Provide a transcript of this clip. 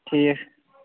ٹھیٖک